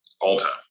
All-time